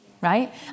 right